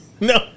no